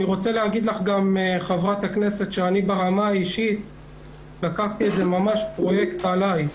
אני רוצה להגיד לך שאני ברמה האישית לקחתי את הפרויקט עליי.